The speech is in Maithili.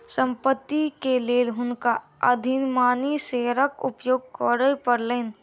संपत्ति के लेल हुनका अधिमानी शेयरक उपयोग करय पड़लैन